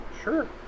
Sure